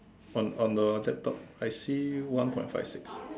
on on the laptop I see one point five six